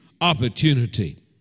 opportunity